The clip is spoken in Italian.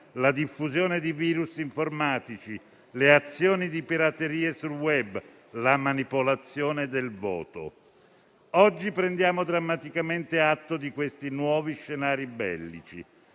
la diffusione di virus informatici, le azioni di pirateria sul *web* e la manipolazione del voto. Oggi prendiamo drammaticamente atto di questi nuovi scenari bellici.